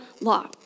law